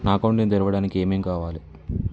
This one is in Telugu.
నా అకౌంట్ ని తెరవడానికి ఏం ఏం కావాలే?